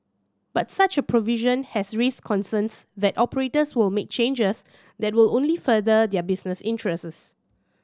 but such a provision has raised concerns that operators will make changes that will only further their business interests